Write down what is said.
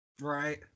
right